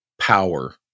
power